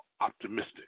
Optimistic